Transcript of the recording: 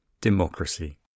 democracy